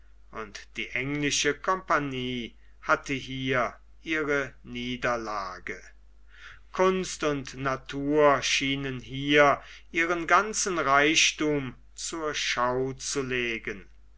und die englische compagnie hatte hier ihre niederlage kunst und natur schienen hier ihren ganzen reichthum zur schau zu legen